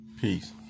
Peace